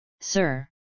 sir